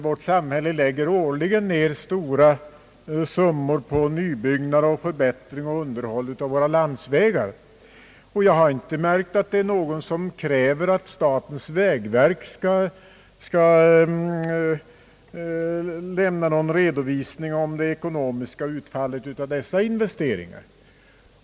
Vårt samhälle lägger ju årligen ner stora summor på nybyggnader, förbättring och underhåll av våra landsvägar, men jag har inte märkt att det är någon som kräver att statens vägverk skall lämna någon redovisning om det ekonomiska utfallet av dessa investeringar.